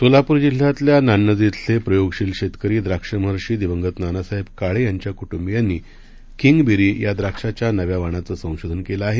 सोलापूर जिल्ह्यातल्यानान्नज खलेप्रयोगशीलशेतकरीद्राक्षमहर्षीदिवंगतनानासाहेबकाळेयांच्याकुट्बियांनीकिंगबेरीयाद्राक्षाच्यानव्यावाणाचसंशोधनकेलंआहे